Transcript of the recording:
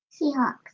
Seahawks